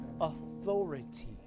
authority